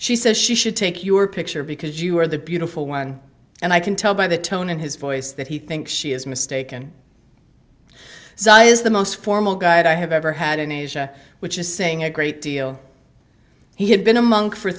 she says she should take your picture because you are the beautiful one and i can tell by the tone in his voice that he thinks she is mistaken so is the most formal guide i have ever had in asia which is saying a great deal he had been a monk for